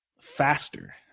faster